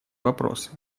вопросы